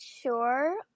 sure